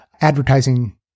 advertising